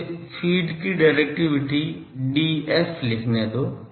मुझे फ़ीड की directivity Df लिखने दो